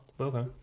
Okay